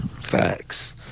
Facts